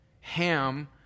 Ham